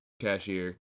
cashier